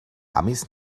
amis